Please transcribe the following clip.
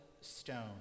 Stone